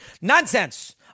Nonsense